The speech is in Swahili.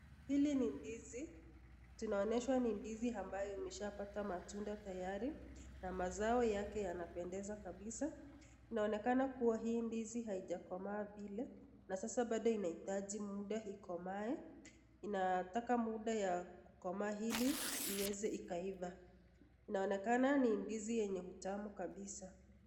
Hili ni ndizi. Tunaoneshwa ni ndizi ambayo imeshapata matunda tayari na mazao yake yanapendeza kabisa. Inaonekana kuwa hii ndizi haijakomaa vile na sasa bado inahitaji muda ikomae. Inataka muda ya kukomaa ili iweze ikaiva. Inaonekana ni ndizi yenye utamu kabisa.